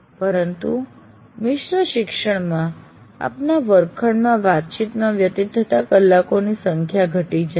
પરંતુ મિશ્ર શિક્ષણમાં આપના વર્ગખંડમાં વાતચીતમાં વ્યતીત થતા કલાકોની સંખ્યા ઘટી જાય છે